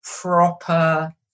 proper